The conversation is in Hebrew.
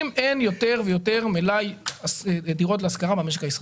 אם אין יותר ויותר מלאי דירות להשכרה במשק הישראלי.